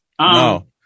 No